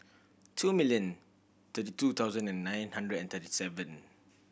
two million thirty two thousand and nine hundred and thirty seven